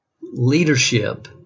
leadership